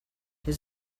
his